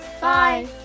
Bye